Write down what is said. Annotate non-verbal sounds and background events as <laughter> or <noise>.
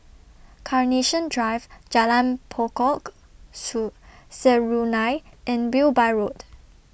Carnation Drive Jalan Pokok <unintelligible> Serunai and Wilby Road